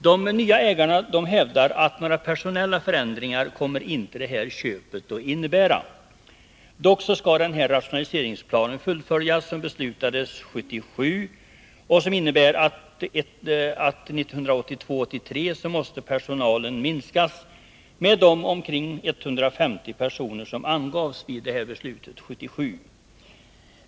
De nya ägarna hävdar att det här köpet inte kommer att innebära några personella förändringar. Dock skall den rationaliseringsplan fullföljas som beslutades 1977 och som innebär att personalen 1982-1983 måste minskas med omkring 150 personer, som det angavs i beslutet från 1977.